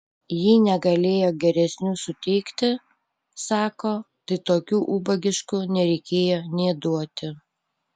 jei negalėjo geresnių suteikti sako tai tokių ubagiškų nereikėjo nė duoti